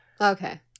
Okay